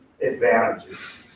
advantages